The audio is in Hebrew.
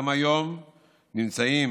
גם היום נמצאים